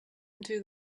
into